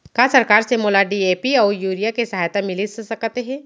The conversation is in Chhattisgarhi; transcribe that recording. का सरकार से मोला डी.ए.पी अऊ यूरिया के सहायता मिलिस सकत हे?